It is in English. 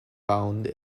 bound